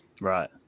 Right